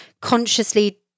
consciously